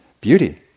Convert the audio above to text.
beauty